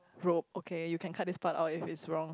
rope okay you can cut this part out if it's wrong